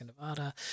Nevada